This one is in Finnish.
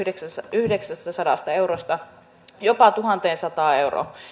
yhdeksästäsadasta eurosta jopa tuhanteensataan euroon